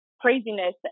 craziness